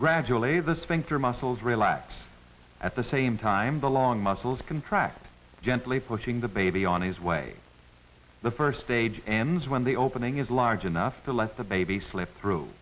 gradually this thing through muscles relax at the same time the long muscles contract gently pushing the baby on his way the first stage ends when the opening is large enough to let the baby slip through